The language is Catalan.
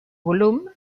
volum